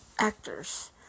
actors